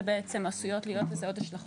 עשויות להיות לזה עוד השלכות.